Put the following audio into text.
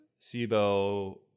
SIBO